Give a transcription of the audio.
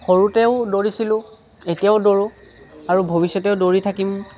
সৰুতেও দৌৰিছিলোঁ এতিয়াও দৌৰোঁ আৰু ভৱিষ্যতেও দৌৰি থাকিম